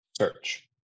search